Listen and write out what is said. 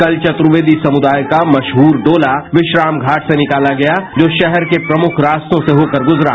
कल चतुर्वेदी समुदाय का मशहूर बोला विश्राम घाट से निकाला गया जो शहर के प्रमुख रास्तों से होकर गुजरा